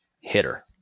hitter